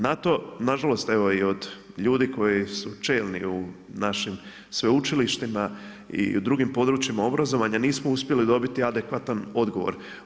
Na to, nažalost evo i od ljudi koji su čelni u našim sveučilištima i u drugim područjima obrazovanja nismo uspjeli dobiti adekvatan odgovor.